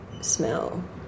smell